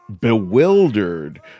...bewildered